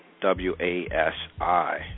W-A-S-I